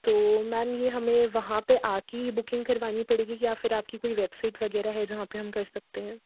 तो मैम ये हमें वहाँ पर आकर ही बुकिंग करवानी पड़ेगी या फिर आपकी कोई वेबसाईट वग़ैरह है जहाँ पर हम कर सकते हैं